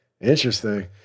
Interesting